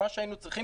מה שהיינו צריכים,